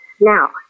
Now